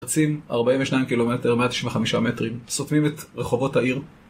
רצים, 42 קילומטר, 195 מטרים, סותמים את רחובות העיר.